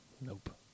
Nope